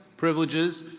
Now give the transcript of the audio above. privileges,